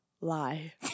lie